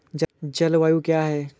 जलवायु क्या है?